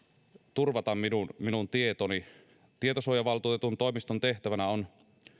turvata minun minun tietoni tietosuojavaltuutetun toimiston tehtävänä on